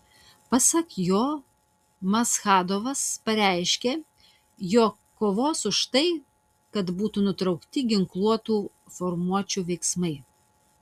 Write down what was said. pasak jo maschadovas pareiškė jog kovos už tai kad būtų nutraukti ginkluotų formuočių veiksmai